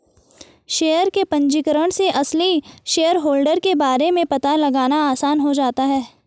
share के पंजीकरण से असली शेयरहोल्डर के बारे में पता लगाना आसान हो जाता है